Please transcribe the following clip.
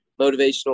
motivational